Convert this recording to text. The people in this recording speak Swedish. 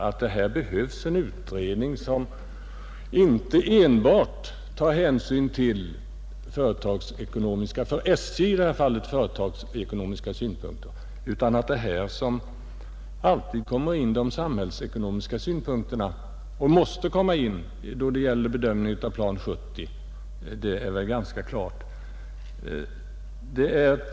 Att det behövs en utredning som inte enbart beaktar SJ:s företagsekonomiska synpunkter utan också samhällsekonomiska synpunkter är klart.